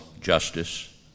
justice